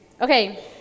Okay